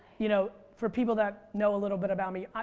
you know for people that know a little bit about me.